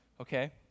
Okay